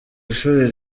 ishuri